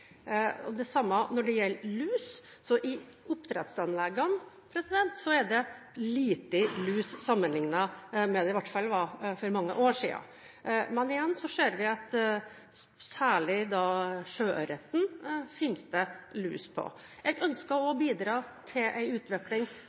Det samme gjelder for lus: I oppdrettsanleggene er det lite lus, i hvert fall sammenliknet med hva det var for mange år siden. Men igjen ser vi at det særlig på sjøørreten finnes lus. Jeg ønsker å bidra til en utvikling